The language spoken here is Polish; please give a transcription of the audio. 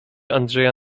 andrzeja